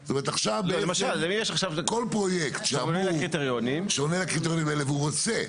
אז עכשיו בעצם כל פרויקט שעונה לקריטריונים האלו והוא רוצה.